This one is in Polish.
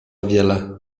wiele